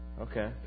Okay